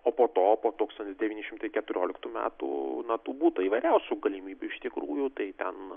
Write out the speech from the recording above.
o po to po tūkstantis devyni šimtai keturioliktų metų na tų būta visokiausių galimybių iš tikrųjų tai ten